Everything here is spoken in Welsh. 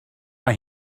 mae